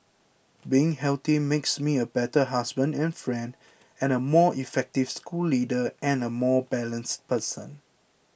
being healthy makes me a better husband and friend and a more effective school leader and a more balanced person